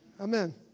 Amen